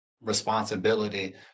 responsibility